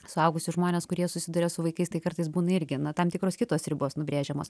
suaugusius žmones kurie susiduria su vaikais tai kartais būna irgi na tam tikros kitos ribos nubrėžiamos